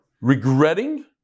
regretting